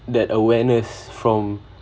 that awareness from